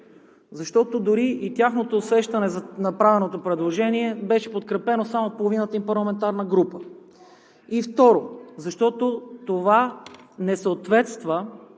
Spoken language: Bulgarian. защото дори и тяхното усещане за направеното предложение – беше подкрепено само от половината им парламентарна група. И второ, защото това не съответства